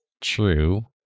true